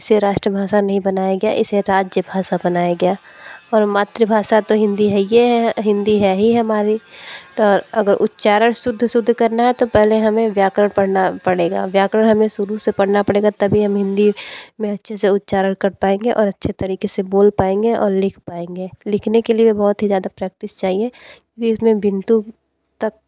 इसे राष्ट्र भाषा नहीं बनाया गया इसे राज्य भाषा बनाया गया और मातृ भाषा तो हिंदी है ये हिंदी है ही हमारी और अगर उच्चारण शुद्ध शुद्ध करना है तो पहले हमें व्याकरण पढ़ना पड़ेगा व्याकरण हमें शुरू से पढ़ना पड़ेगा तभी हम हिंदी में अच्छे से उच्चारण कर पाएंगे और अच्छे तरीक़े से बोल पाएंगे और लिख पाएंगे लिखने के लिए भी बहुत ही ज़्यादा प्रैक्टिस चाहिए क्योंकि इसमें बिंदु तक